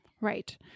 Right